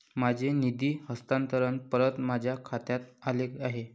माझे निधी हस्तांतरण परत माझ्या खात्यात आले आहे